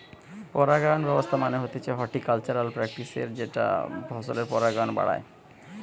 পরাগায়ন ব্যবস্থা মানে হতিছে হর্টিকালচারাল প্র্যাকটিসের যেটা ফসলের পরাগায়ন বাড়ায়